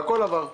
הכול עבר.